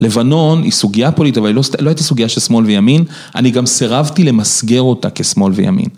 לבנון היא סוגיה פוליטה, אבל היא לא הייתה סוגיה של שמאל וימין, אני גם סירבתי למסגר אותה כשמאל וימין.